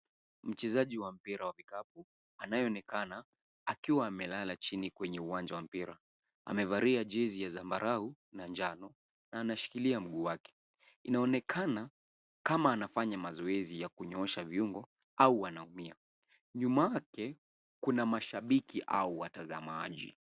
Mchezaji wa mpira wa vikapu anaye onekana akiwa amelala chini kwenye uwanja wa mpira, amevalia jezi ya zambarau na njano na anashikilia mguu wake. Inaonekana kama anafanya mazoezi yakunyoosha viungo au wanaumia . Nyuma yake kuna mashabiki au watazamaji.